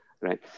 right